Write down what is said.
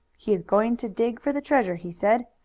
he is going to dig for the treasure, he said.